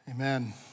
Amen